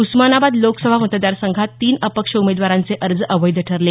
उस्मानाबाद लोकसभा मतदारसंघात तीन अपक्ष उमेदवारांचे अर्ज अवैध ठरले